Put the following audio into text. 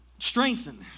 strengthen